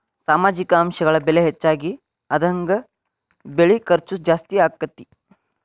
ಸಾಮಾಜಿಕ ಅಂಶಗಳ ಬೆಲೆ ಹೆಚಗಿ ಆದಂಗ ಬೆಳಿ ಖರ್ಚು ಜಾಸ್ತಿ ಅಕ್ಕತಿ